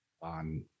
on